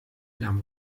enam